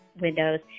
windows